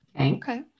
Okay